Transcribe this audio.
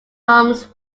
harms